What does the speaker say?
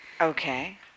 Okay